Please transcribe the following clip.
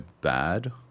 bad